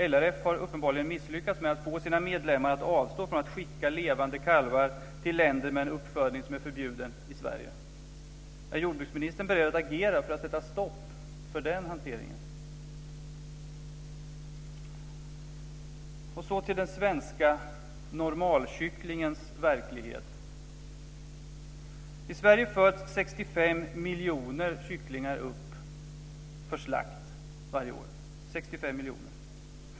LRF har uppenbarligen misslyckats med att få sina medlemmar att avstå från att skicka levande kalvar till länder med en uppfödning som är förbjuden i Sverige. Är jordbruksministern beredd att agera för att sätta stopp för den hanteringen? Så går vi över till den svenska normalkycklingens verklighet. I Sverige föds 65 miljoner kycklingar upp för slakt varje år.